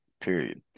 period